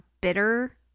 bitter